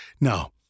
Now